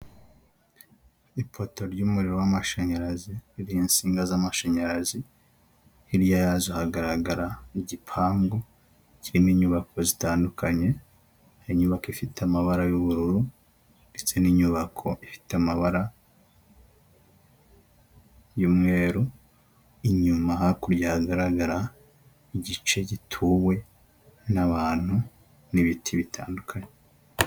Ipoto ry'umuriro w'amashanyarazi ririho insinga z'amashanyarazi, hirya yazo hagaragara igipangu kirimo inyubako zitandukanye, inyubako ifite amabara y'ubururu ndetse n'inyubako ifite amabara y'umweru, inyuma hakurya hagaragara igice gituwe n'abantu n'ibiti bitandukanye.